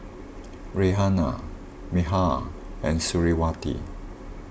Raihana Mikhail and Suriawati